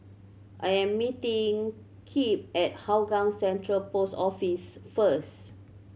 I am meeting Kip at Hougang Central Post Office first